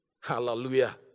Hallelujah